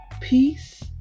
peace